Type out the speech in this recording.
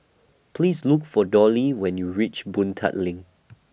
Please Look For Dollie when YOU REACH Boon Tat LINK